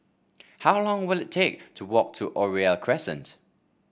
how long will it take to walk to Oriole Crescent